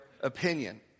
opinion